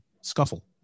scuffle